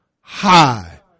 high